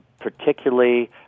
particularly